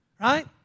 right